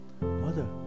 Mother